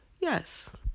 Yes